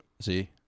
See